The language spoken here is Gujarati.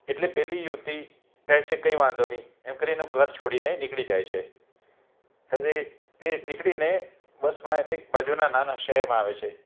એટલે પેલી યુવતી કે કહે છે કઈ વાંધો નહીં એમ કરીને એનું ઘર છોડીને નીકળી જાય છે હવે તે નીકળીને બસ બાજુના એક નાના શહેરમાં આવે છે